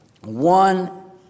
One